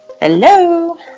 Hello